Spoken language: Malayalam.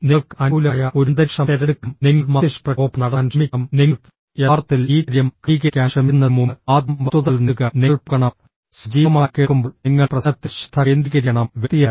നിങ്ങൾക്ക് അനുകൂലമായ ഒരു അന്തരീക്ഷം തിരഞ്ഞെടുക്കണം നിങ്ങൾ മസ്തിഷ്കപ്രക്ഷോഭം നടത്താൻ ശ്രമിക്കണം നിങ്ങൾ യഥാർത്ഥത്തിൽ ഈ കാര്യം ക്രമീകരിക്കാൻ ശ്രമിക്കുന്നതിന് മുമ്പ് ആദ്യം വസ്തുതകൾ നേടുക നിങ്ങൾ പോകണം സജീവമായി കേൾക്കുമ്പോൾ നിങ്ങൾ പ്രശ്നത്തിൽ ശ്രദ്ധ കേന്ദ്രീകരിക്കണം വ്യക്തിയല്ല